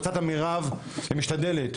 עושה את המרב ומשתדלת.